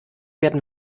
werden